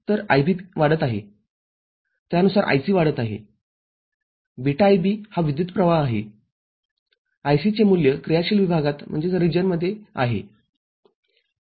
तर IB वाढत आहे त्यानुसार IC वाढत आहे βIB हा विद्युतप्रवाह आहे IC चे मूल्य क्रियाशील विभागात आहे